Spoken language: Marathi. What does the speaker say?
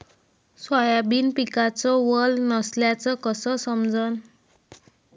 सोयाबीन पिकात वल नसल्याचं कस समजन?